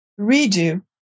redo